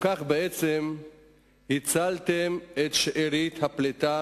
בכך הצלתם את שארית הפליטה,